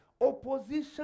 opposition